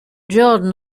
jordan